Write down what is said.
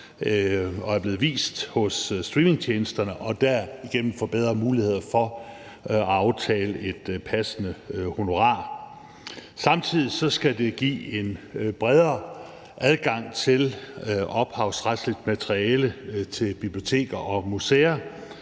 og er blevet vist hos streamingtjenesterne, og derigennem får bedre muligheder for at aftale et passende honorar. Samtidig skal det give en bredere adgang til ophavsretsligt materiale for biblioteker og museer,